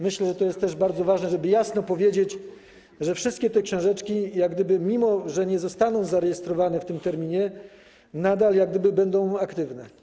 Myślę, że to jest też bardzo ważne, żeby jasno powiedzieć, że wszystkie te książeczki, mimo że nie zostaną zarejestrowane w tym terminie, nadal będą aktywne.